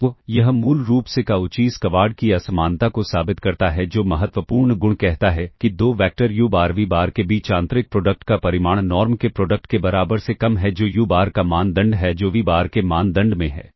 तो यह मूल रूप से काउची स्क्वाड की असमानता को साबित करता है जो महत्वपूर्ण गुण कहता है कि दो vector u bar v bar के बीच आंतरिक प्रोडक्ट का परिमाण नॉर्म के प्रोडक्ट के बराबर से कम है जो u बार का मानदंड है जो v बार के मानदंड में है